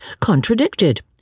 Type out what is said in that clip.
contradicted